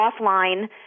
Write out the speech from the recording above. offline